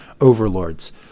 overlords